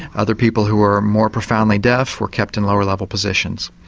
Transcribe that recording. other people who were more profoundly deaf were kept in lower level positions.